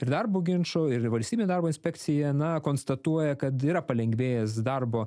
ir darbo ginčo ir valstybė darbo inspekcija na konstatuoja kad yra palengvėjęs darbo